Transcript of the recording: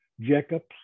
Jacobs